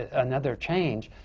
ah another change,